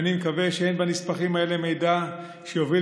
ואני מקווה שאין בנספחים האלה מידע שיוביל